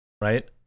Right